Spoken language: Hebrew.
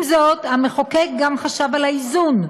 עם זאת, המחוקק גם חשב על האיזון,